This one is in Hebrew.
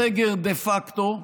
בסגר דה פקטו,